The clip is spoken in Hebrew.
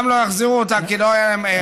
גם לא יחזירו אותה כי לא יהיה להם איך.